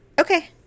Okay